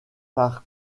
par